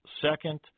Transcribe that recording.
second